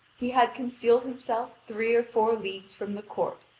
he had concealed himself three or four leagues from the court,